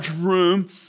room